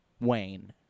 wayne